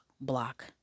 block